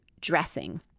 dressing